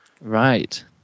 Right